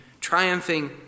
triumphing